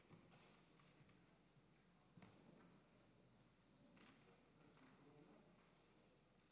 גברתי